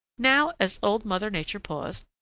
now as old mother nature paused,